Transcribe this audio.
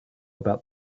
about